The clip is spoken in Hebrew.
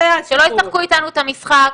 שלא ישחקו איתנו את המשחק,